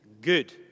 good